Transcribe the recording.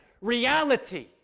reality